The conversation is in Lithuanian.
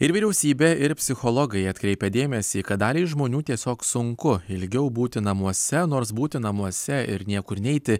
ir vyriausybė ir psichologai atkreipia dėmesį kad daliai žmonių tiesiog sunku ilgiau būti namuose nors būti namuose ir niekur neiti